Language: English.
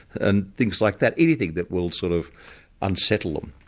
and things like that. anything that will sort of unsettle them,